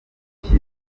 ukize